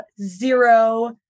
zero